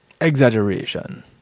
exaggeration